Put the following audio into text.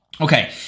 Okay